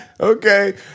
Okay